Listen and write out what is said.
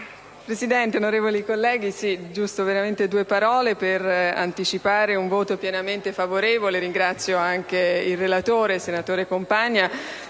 Presidente, onorevoli colleghi, poche parole per anticipare un voto pienamente favorevole. Ringrazio il relatore, senatore Compagna,